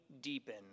deepen